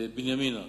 בנימינה,